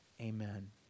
Amen